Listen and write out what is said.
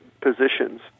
positions